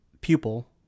pupil